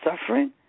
suffering